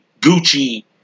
Gucci